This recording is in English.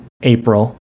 April